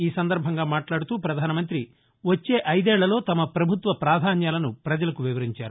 ఈ సందర్బంగా మాట్లాడుతూ ప్రధానమంతివచ్చే ఐదేళ్ళలో తమ ప్రభుత్వ ప్రాధాన్యాలను ప్రజలకు వివరించారు